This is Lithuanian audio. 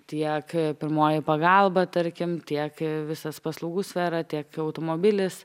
tiek pirmoji pagalba tarkim tiek visas paslaugų sfera tiek automobilis